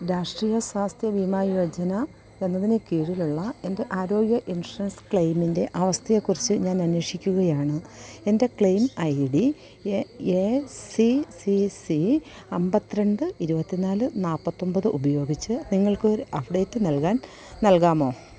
രാഷ്ട്രീയ സ്വാസ്ഥ്യ ബീമാ യോജന എന്നതിന് കീഴിലുള്ള എൻ്റെ ആരോഗ്യ ഇൻഷുറൻസ് ക്ലെയിമിൻ്റെ അവസ്ഥയെക്കുറിച്ച് ഞാൻ അന്വേഷിക്കുകയാണ് എൻ്റെ claim I D A C C C അമ്പത്തിരണ്ട് ഇരുപത്തിനാല് നാൽപ്പത്തൊമ്പത് ഉപയോഗിച്ച് നിങ്ങൾക്ക് ഒരു അപ്ഡേറ്റ് നൽകാൻ നൽകാമോ